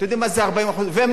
אתם יודעים מה זה 40% ומפסידות.